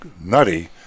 nutty